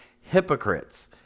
hypocrites